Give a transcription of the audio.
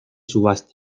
subasta